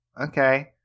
okay